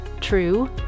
true